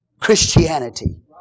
Christianity